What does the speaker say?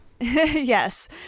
Yes